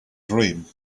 dream